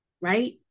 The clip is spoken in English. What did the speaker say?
right